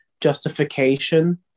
justification